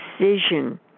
decision